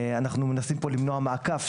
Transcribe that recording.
אנחנו מנסים למנוע פה מעקף,